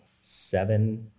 seven